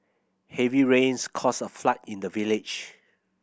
heavy rains caused a flood in the village